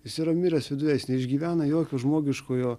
jis yra miręs viduje jis neišgyvena jokio žmogiškojo